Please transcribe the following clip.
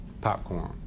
Popcorn